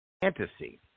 Fantasy